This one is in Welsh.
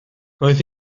roedd